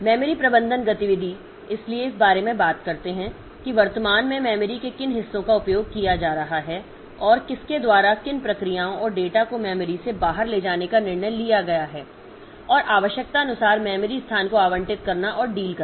memory प्रबंधन गतिविधि इसलिए इस बारे में बात करते हैं कि वर्तमान में मेमोरी के किन हिस्सों का उपयोग किया जा रहा है और किसके द्वारा किन प्रक्रियाओं और डेटा को मेमोरी से बाहर ले जाने का निर्णय लिया गया है और आवश्यकतानुसार मेमोरी स्थान को आवंटित करना और डील करना